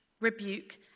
rebuke